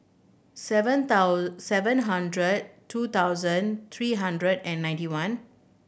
seven seven hundred two thousand three hundred and ninety one